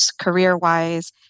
career-wise